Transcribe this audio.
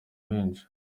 benshi